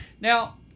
Now